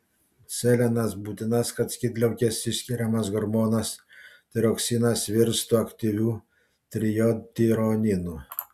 selenas būtinas kad skydliaukės išskiriamas hormonas tiroksinas virstų aktyviu trijodtironinu